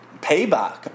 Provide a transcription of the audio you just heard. payback